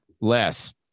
less